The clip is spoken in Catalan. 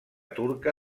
turca